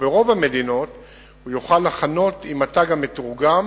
וברוב המדינות הוא יוכל לחנות עם התג המתורגם